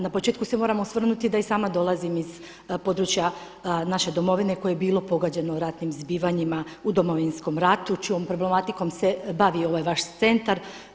Na početku se moram osvrnuti da i sama dolazim iz područja naše domovine koje je bilo pogođeno ratnim zbivanjima u Domovinskog ratu čijom problematikom se bavi ovaj vaš centar.